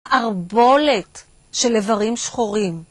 ערבולת של איברים שחורים.